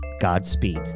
Godspeed